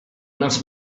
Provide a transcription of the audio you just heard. must